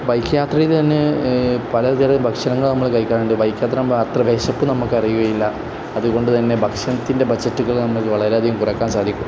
bike യാത്രയിൽ തന്നെ പലതരം ഭക്ഷണങ്ങൾ നമ്മൾ കഴിക്കാറുണ്ട് ബൈക്ക് യാത്ര അത്ര വിശപ്പ് നമുക്ക് അറിയുകയില്ല അതുകൊണ്ട് തന്നെ ഭക്ഷണത്തിൻ്റെ ബജറ്റുകൾ നമ്മൾക്ക് വളരെയധികം കുറയ്ക്കാൻ സാധിക്കും